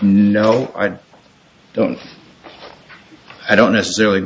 no i don't i don't necessarily